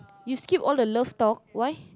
you skip all the loves talk why